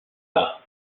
bas